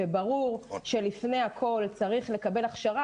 ברור שלפני הכול צריך לקבל הכשרה.